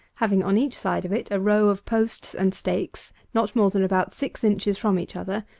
having, on each side of it, a row of posts and stakes, not more than about six inches from each other,